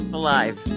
alive